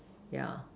yeah